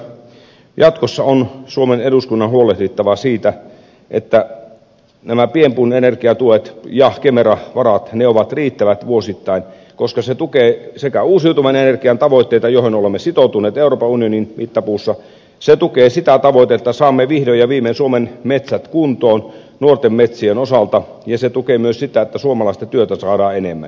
lopuksi vielä totean sen että jatkossa on suomen eduskunnan huolehdittava siitä että pienpuun energiatuet ja kemera varat ovat riittävät vuosittain koska se tukee uusiutuvan energian tavoitteita joihin olemme sitoutuneet euroopan unionin mittapuussa se tukee sitä tavoitetta että saamme vihdoin ja viimein suomen metsät kuntoon nuorten metsien osalta ja se tukee myös sitä että suomalaista työtä saadaan enemmän